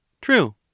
true